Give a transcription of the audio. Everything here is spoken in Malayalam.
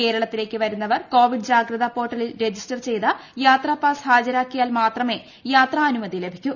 കേരളത്തിലേക്ക് വരുന്നവർ കോവിഡ് ജാഗ്രത പോർട്ടിൽ രജിസ്റ്റർ ചെയ്ത് യാത്രാ പാസ് ഹാജരാക്കിയാൽ മാത്രമേ യാത്ര അനുമതി ലഭിക്കു